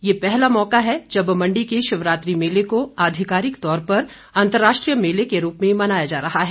ये पहला मौका है जब मंडी के शिवरात्रि मेले को आधिकारिक तौर पर अंतर्राष्ट्रीय मेले के रूप में मनाया जा रहा है